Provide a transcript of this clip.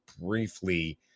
briefly